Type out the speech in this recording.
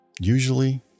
Usually